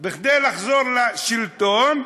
כדי לחזור לשלטון,